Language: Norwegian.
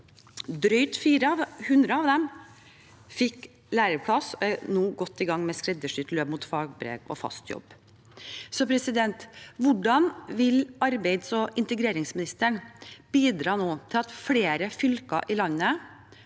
Drøyt 400 av dem fikk læreplass og er nå godt i gang med et skreddersydd løp mot fagbrev og fast jobb. Hvordan vil arbeids- og inkluderingsministeren bidra til at flere fylker i landet